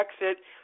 exit